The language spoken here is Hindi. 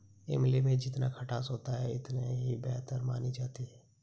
इमली में जितना खटास होता है इतनी ही बेहतर मानी जाती है